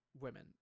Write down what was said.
women